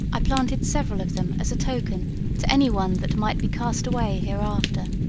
i planted several of them as a token to any one that might be cast away hereafter.